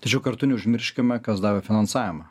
tačiau kartu neužmirškime kas davė finansavimą